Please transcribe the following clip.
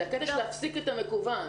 זה הקטע של להפסיק את המקוון.